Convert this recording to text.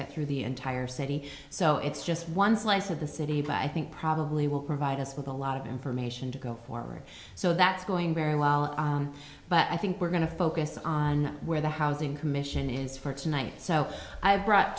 get through the entire city so it's just one slice of the city but i think probably will provide us with a lot of information to go forward so that's going very well but i think we're going to focus on where the housing commission is for tonight so i brought